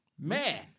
man